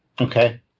Okay